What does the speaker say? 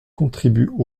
contribuent